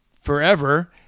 forever